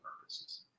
purposes